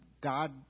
God